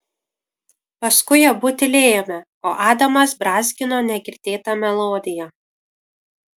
paskui abu tylėjome o adamas brązgino negirdėtą melodiją